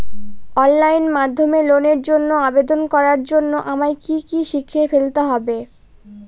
Online মাধ্যমে লোনের জন্য আবেদন করার জন্য আমায় কি কি শিখে ফেলতে হবে?